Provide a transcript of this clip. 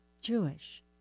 Jewish